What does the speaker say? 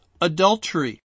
adultery